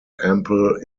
ample